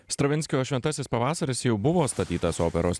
stravinskio šventasis pavasaris jau buvo statytas operos